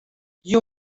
you